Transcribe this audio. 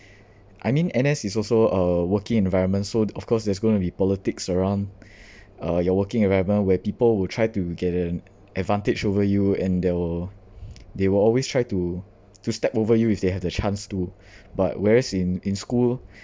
I mean N_S is also a working environment so of course there's going to be politics around uh your working environment where people would try to get an advantage over you and there will they will always try to to step over you if they have the chance to but whereas in in school